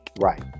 right